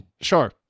Sure